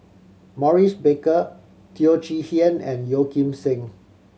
Maurice Baker Teo Chee Hean and Yeo Kim Seng